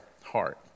heart